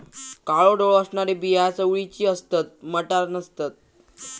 काळो डोळो असणारी बिया चवळीची असतत, मटार नसतत